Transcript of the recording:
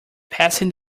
passing